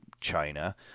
China